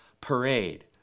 parade